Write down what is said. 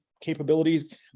capabilities